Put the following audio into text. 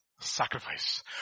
Sacrifice